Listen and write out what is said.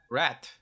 rat